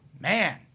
Man